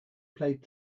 played